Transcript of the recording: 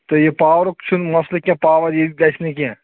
تہٕ یہِ پاورُک چھُنہٕ مَسلہٕ کیٚنٛہہ پاور ییٚتہِ گَژھِ نہٕ کیٚنٛہہ